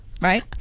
Right